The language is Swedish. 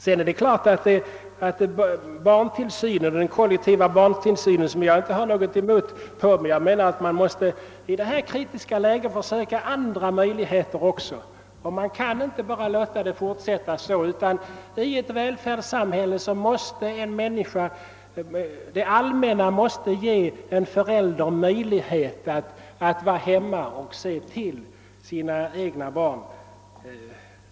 Jag har inte något emot den kollektiva barntillsynen, men i detta kritiska läge måste man pröva andra möjligheter. I ett välfärdssamhälle måste det allmänna ge en förälder möjlighet att vara hemma och se till sina egna barn.